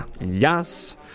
yes